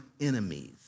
enemies